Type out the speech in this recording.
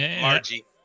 Margie